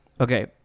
Okay